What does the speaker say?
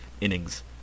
innings